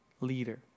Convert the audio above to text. leader